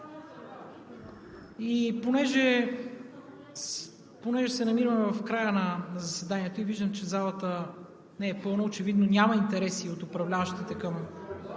Понеже се намираме в края на заседанието и виждам, че залата не е пълна – очевидно няма интерес и от управляващите към